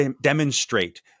demonstrate